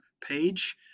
page